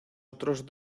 otros